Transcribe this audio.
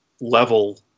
level